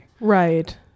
right